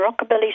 rockabilly